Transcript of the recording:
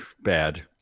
bad